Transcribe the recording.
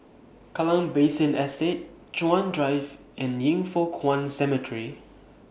Kallang Basin Estate Chuan Drive and Yin Foh Kuan Cemetery